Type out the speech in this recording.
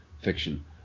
fiction